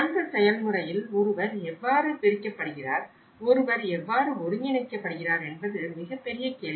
அந்த செயல்முறையில் ஒருவர் எவ்வாறு பிரிக்கப்படுகிறார் ஒருவர் எவ்வாறு ஒருங்கிணைக்கப்படுகிறார் என்பது மிகப்பெரிய கேள்வி